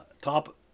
top